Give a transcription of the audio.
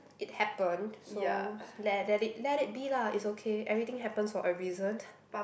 it happen so let let it let it be lah it's okay everything happens for a reason